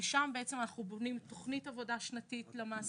שם בעצם אנחנו בונים תכנית עבודה שנתית למעסיק.